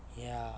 ya